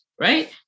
right